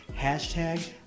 hashtag